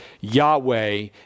Yahweh